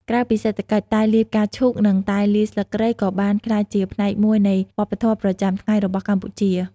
ក្រៅពីសេដ្ឋកិច្ច តែលាយផ្កាឈូកនិងតែលាយស្លឹកគ្រៃក៏បានក្លាយជាផ្នែកមួយនៃវប្បធម៌ប្រចាំថ្ងៃរបស់កម្ពុជា។